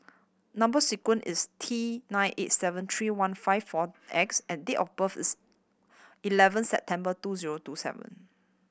number sequence is T nine eight seven three one five four X and date of birth is eleven September two zero two seven